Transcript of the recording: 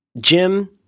Jim